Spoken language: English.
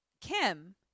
Kim